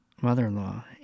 mother-in-law